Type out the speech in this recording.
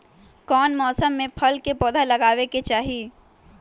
कौन मौसम में फल के पौधा लगाबे के चाहि?